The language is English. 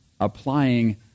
applying